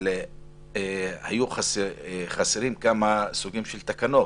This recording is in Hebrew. אבל היו חסרים כמה סוגים של תקנות